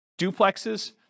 duplexes